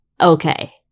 okay